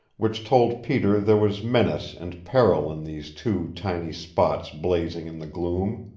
which told peter there was menace and peril in these two tiny spots blazing in the gloom.